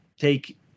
take